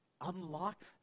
unlock